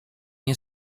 nie